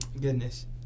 Goodness